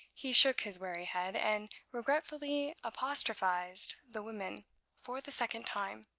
he shook his wary head, and regretfully apostrophized the women for the second time.